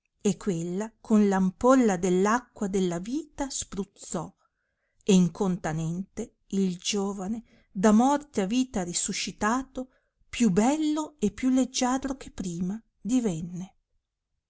e quella con ampolla dell acqua della vita spruzzò e incontanente il giovane da morte a vita risuscitato più bello e più leggiadro che prima divenne